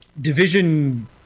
Division